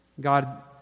God